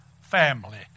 family